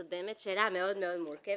זו באמת שאלה מאוד מאוד מורכבת